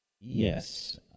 Yes